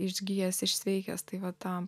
išgijęs išsveikęs tai va ta